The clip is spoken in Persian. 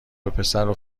وپسرو